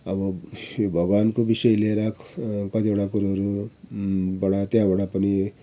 अब यो भगवानको विषय लिएर कतिवटा कुरोहरू बाट त्यहाँबाट पनि